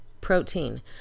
protein